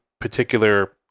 particular